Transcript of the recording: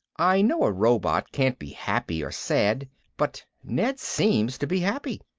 i know a robot can't be happy or sad but ned seems to be happy.